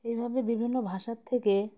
এইভাবে বিভিন্ন ভাষার থেকে